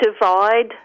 divide